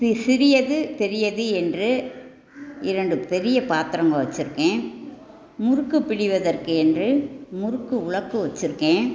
C சிறியது பெரியது என்று இரண்டு பெரிய பாத்திரங்கள் வச்சுருக்கேன் முறுக்கு பிழிவதற்கு என்று முறுக்கு உலக்கு வச்சுருக்கேன்